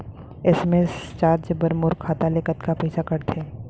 SMS charge बर मोर खाता ले कतका पइसा कटथे?